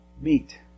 meet